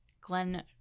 glenn